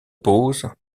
pause